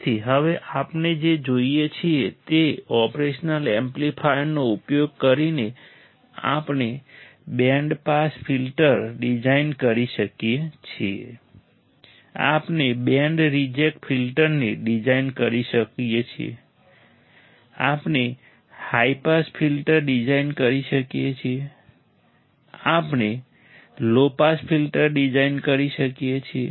તેથી હવે આપણે જે જોઈએ છીએ તે ઓપરેશનલ એમ્પ્લીફાયરનો ઉપયોગ કરીને આપણે બેન્ડ પાસ ફિલ્ટર ડિઝાઇન કરી શકીએ છીએ આપણે બેન્ડ રિજેક્ટ ફિલ્ટરને ડિઝાઇન કરી શકીએ છીએ આપણે હાઈ પાસ ફિલ્ટર ડિઝાઇન કરી શકીએ છીએ આપણે લો પાસ ફિલ્ટર ડિઝાઇન કરી શકીએ છીએ